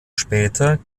später